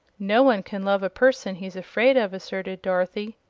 no one can love a person he's afraid of, asserted dorothy.